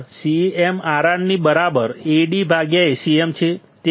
CMRR ની બરાબર AdAcm છે તેથી Acm 0